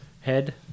Head